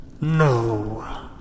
no